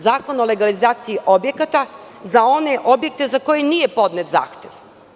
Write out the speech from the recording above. Zakon o legalizaciji objekata za one objekte za koje nije podnet zahtev.